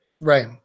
Right